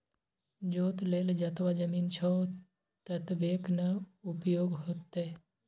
जोत लेल जतबा जमीन छौ ततबेक न उपयोग हेतौ